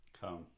come